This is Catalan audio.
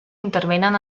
intervenen